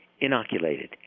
inoculated